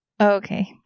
Okay